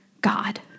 God